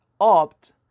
opt